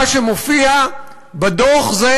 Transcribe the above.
מה שמופיע בדוח זה: